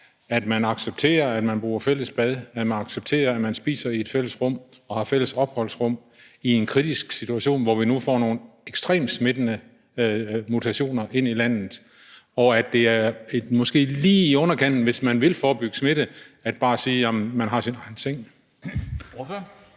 når man accepterer, at man bruger fælles bad, og når man accepterer, at man spiser i et fælles rum, og at man har fælles opholdsrum, i en kritisk situation, hvor vi nu får nogle ekstremt smittende mutationer ind i landet, og at det måske er lige i underkanten, hvis man vil forebygge smitte, bare at sige, at man har sine egne ting?